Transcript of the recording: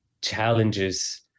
challenges